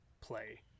play